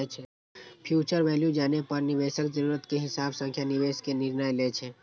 future value जानै पर निवेशक जरूरत के हिसाब सं निवेश के निर्णय लै छै